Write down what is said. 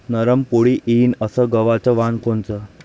नरम पोळी येईन अस गवाचं वान कोनचं?